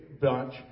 bunch